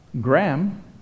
Graham